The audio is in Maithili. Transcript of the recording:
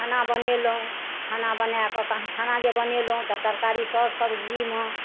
खाना बनेलहुँ खाना बनाकऽ खाना जे बनेलहुँ तरकारीसब सब्जीमे